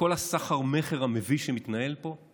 בכל הסחר-מכר המביש שמתנהל פה,